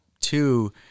two